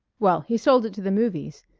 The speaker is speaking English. well, he sold it to the movies.